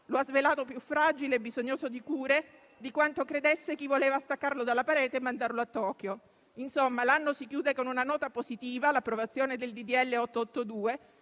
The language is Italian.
lo ha svelato più fragile e bisognoso di cure di quanto credesse chi voleva staccarlo dalla parete e mandarlo a Tokyo. Insomma, l'anno si chiude con una nota positiva (l'approvazione del disegno